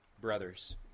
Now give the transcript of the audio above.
brothers